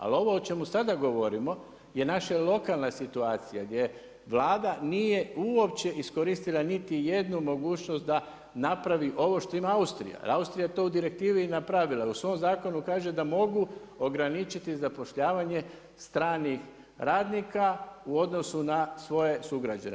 Ali ovo o čemu sada govorimo, je naša lokalna situacija, gdje Vlada nije uopće iskoristila niti jednu mogućnost da napravi ovo što ima Austrija, jer Austrija to u direktivi i napravila, u svom zakonu kaže da mogu ograničiti zapošljavanje stranih radnika u odnosu na svoje sugrađane.